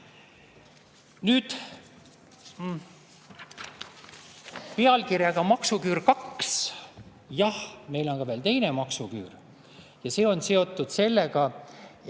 slaid pealkirjaga "Maksuküür 2". Jah, meil on ka veel teine maksuküür. Ja see on seotud sellega,